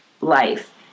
life